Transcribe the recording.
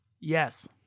Yes